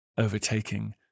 overtaking